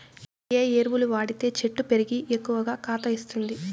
ఏ ఎరువులు వాడితే చెట్టు పెరిగి ఎక్కువగా కాత ఇస్తుంది?